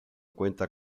cuenta